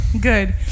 Good